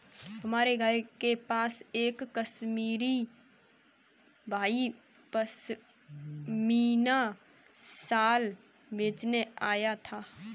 हमारे घर के पास एक कश्मीरी भाई पश्मीना शाल बेचने आया था